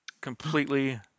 completely